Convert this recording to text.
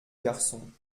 garçon